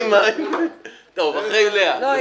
טוב, אחרי לאה.